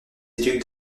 études